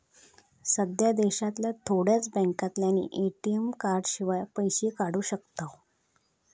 सध्या देशांतल्या थोड्याच बॅन्कांतल्यानी ए.टी.एम कार्डशिवाय पैशे काढू शकताव